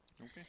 Okay